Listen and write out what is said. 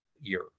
year